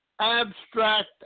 abstract